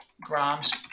grams